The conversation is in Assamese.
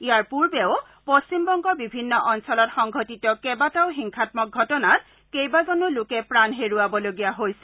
ইয়াৰ পূৰ্বেও পশ্চিমবংগৰ বিভিন্ন অঞ্চলত সংঘটিত কেইবাটাও হিংসাম্মক ঘটনাত কেইবাজনো লোকে প্ৰাণ হেৰুৱাবলগীয়া হৈছিল